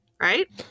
Right